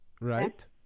Right